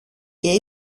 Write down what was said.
και